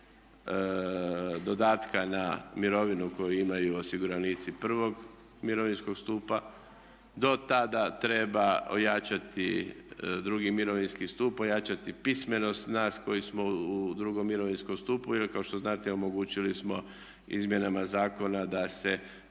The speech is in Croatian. dodatka na mirovinu koju imaju osiguranici I. mirovinskog stupa, do tada treba ojačati II. mirovinski stup, ojačati pismenost nas koji smo u II. mirovinskom stupu jer kao što znate omogućili smo izmjenama zakona da se